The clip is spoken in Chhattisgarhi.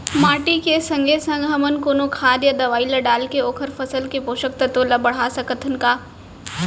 माटी के संगे संग हमन कोनो खाद या दवई ल डालके ओखर फसल के पोषकतत्त्व ल बढ़ा सकथन का?